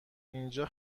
اینجا